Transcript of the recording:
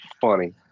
funny